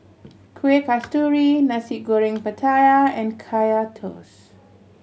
Kueh Kasturi Nasi Goreng Pattaya and Kaya Toast